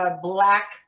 black